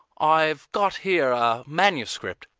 i've got here a manuscript,